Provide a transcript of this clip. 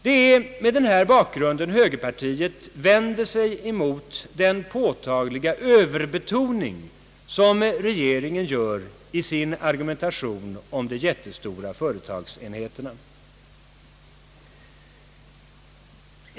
Det är med den här bakgrunden högerpartiet vänder sig mot den påtagliga överbetoning som regeringen gör i sin argumentation om de jättestora företagsenheterna.